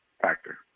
factor